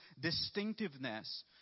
distinctiveness